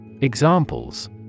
Examples